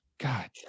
God